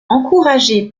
encouragé